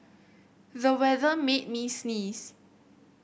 the weather made me sneeze